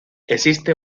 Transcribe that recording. existe